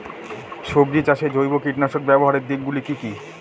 সবজি চাষে জৈব কীটনাশক ব্যাবহারের দিক গুলি কি কী?